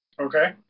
okay